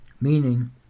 meaning